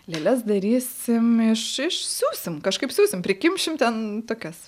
lėles darysim iš iš siųsim kažkaip siųsim prikimšim ten tokias